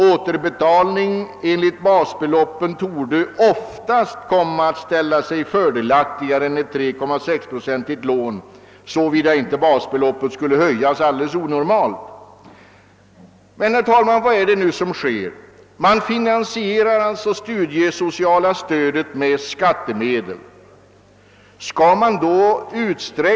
Återbetalning enligt basbeloppet torde oftast komma att ställa sig fördelaktigare vid 3,6-procentigt lån, såvida inte basbeloppet skulle höjas alldeles onormalt. Herr talman! Vad är det nu som äger rum? Det studiesociala stödet finansieras sålunda med skattemedel.